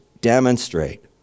demonstrate